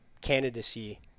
candidacy